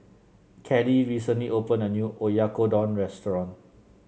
Kellee recently opened a new Oyakodon restaurant